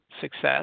success